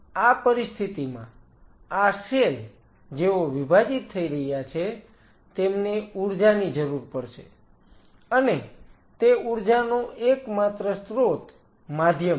હવે આ પરિસ્થિતિમાં આ સેલ જેઓ વિભાજીત થઈ રહ્યા છે તેમને ઊર્જાની જરૂર પડશે અને તે ઊર્જાનો એકમાત્ર સ્રોત માધ્યમ છે